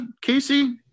casey